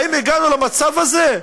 האם הגענו למצב הזה?